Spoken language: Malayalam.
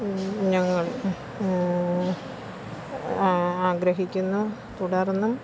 ഞങ്ങൾ ആഗ്രഹിക്കുന്നു തുടർന്ന്